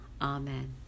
Amen